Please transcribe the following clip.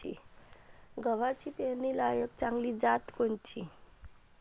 गव्हाची पेरनीलायक चांगली जात कोनची?